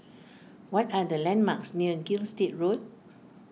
what are the landmarks near Gilstead Road